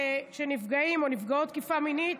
נפגעים או נפגעות תקיפה מינית,